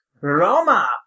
Roma